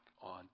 on